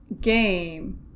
game